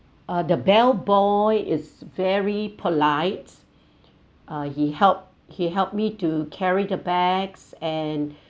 uh the bellboy is very polite uh he help he helped me to carry the bags and